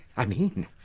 i mean,